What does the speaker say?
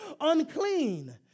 unclean